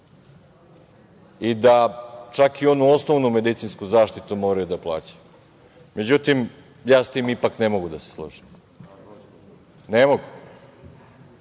i da čak i onu osnovnu medicinsku zaštitu moraju da plaćaju.Međutim, s tim ipak ne mogu da se složim. Ne mogu,